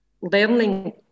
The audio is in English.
Learning